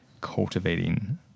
cultivating